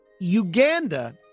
Uganda